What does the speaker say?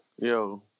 yo